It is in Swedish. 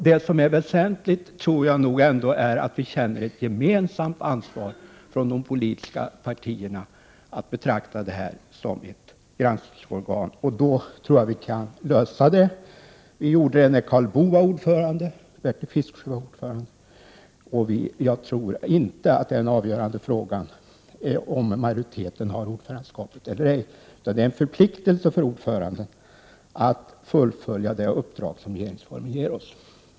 Det som är väsentligt är nog ändå att vi känner ett gemensamt ansvar från de politiska partierna vad gäller att betrakta konstitutionsutskottet som ett granskningsorgan; då tror jag att vi kan klara uppgiften. Vi klarade denna uppgift när Karl Boo var ordförande och när Bertil Fiskesjö var ordförande. Jag tror alltså inte att den avgörande frågan är om en företrädare för majoritetspartiet innehar ordförandeskapet eller ej. Det är en förpliktelse för ordföranden i konstitutionsutskottet att fullfölja det uppdrag som regeringsformen ger oss.